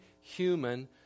human